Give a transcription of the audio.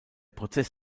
prozess